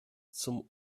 zum